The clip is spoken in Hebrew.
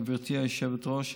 גברתי היושבת-ראש,